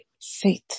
faith